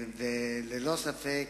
ללא ספק,